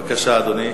בבקשה, אדוני,